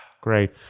Great